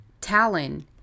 Talon